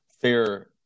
fair